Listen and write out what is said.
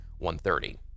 130